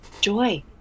joy